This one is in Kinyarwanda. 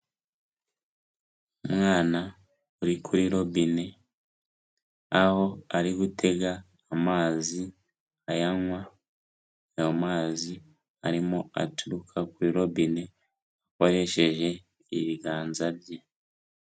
Umwana uri kuri robine, aho ari gutega amazi ayanywa, ayo mazi arimo aturuka kuri robine, akoresheje ibiganza bye.